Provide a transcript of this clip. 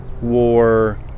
war